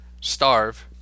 starve